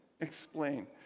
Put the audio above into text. explain